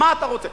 מה אתה רוצה?